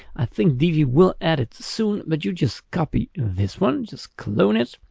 i think divi will add it soon, but you just copy this one, just clone it.